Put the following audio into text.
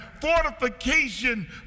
fortification